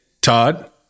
Todd